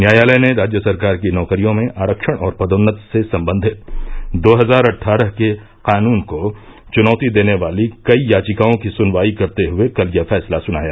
न्यायालय ने राज्य सरकार की नौकरियों में आरक्षण और पदोन्नति से संबंधित दो हजार अट्ठारह के कानून को चुनौती देने वाली कई याचिकाओं की सुनवाई करते हुए कल यह फैसला सुनाया